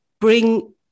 bring